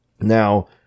Now